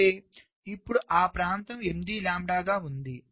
అంటేఇప్పుడు ఈ ప్రాంతం 8 లాంబ్డా గా ఉంది